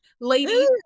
lady